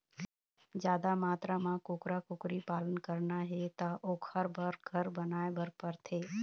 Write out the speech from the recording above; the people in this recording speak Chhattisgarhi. जादा मातरा म कुकरा, कुकरी पालन करना हे त ओखर बर घर बनाए बर परथे